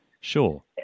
Sure